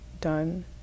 done